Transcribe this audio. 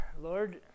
Lord